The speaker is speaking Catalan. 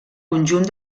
conjunt